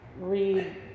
read